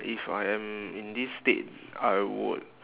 if I am in this state I would